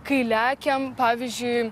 kai lekiam pavyzdžiui